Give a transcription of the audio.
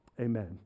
amen